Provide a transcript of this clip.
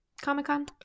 Comic-Con